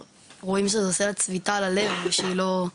בעיניים שלה שזה עושה לה צביטה בלב, ושהיא מבינה